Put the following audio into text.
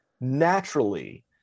Naturally